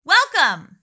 Welcome